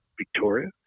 Victoria